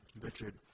Richard